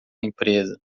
empresa